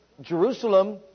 Jerusalem